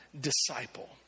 disciple